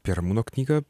apie ramūno knygą